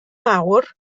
mawr